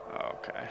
Okay